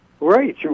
Right